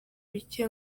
bike